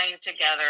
together